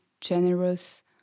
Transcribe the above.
generous